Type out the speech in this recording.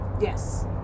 yes